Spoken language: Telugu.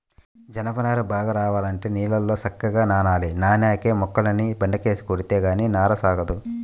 జనప నార బాగా రావాలంటే నీళ్ళల్లో సక్కంగా నానాలి, నానేక మొక్కల్ని బండకేసి కొడితే గానీ నార సాగదు